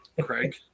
Craig